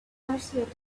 persuaded